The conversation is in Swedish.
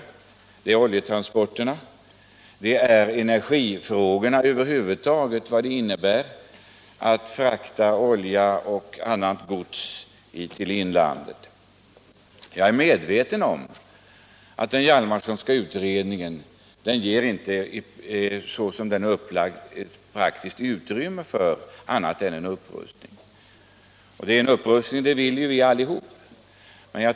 Jag tänker på energiförsörjningen och vad det exempelvis innebär att frakta olja och annat gods genom kanalen till inlandet. Jag är medveten om att den Hjalmarsonska utredningen, så som den är upplagd, inte ger praktiskt utrymme för annat än en upprustning — och en sådan vill vi ju allesammans ha.